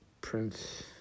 Prince